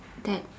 that